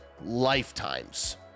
lifetimes